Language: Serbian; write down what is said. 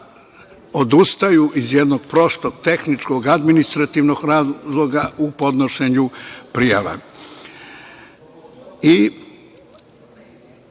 odustaju iz jednog prostog, tehničkog, administrativnog razloga u podnošenju